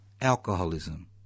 alcoholism